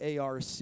ARC